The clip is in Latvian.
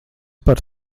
par